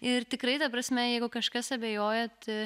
ir tikrai ta prasme jeigu kažkas abejojat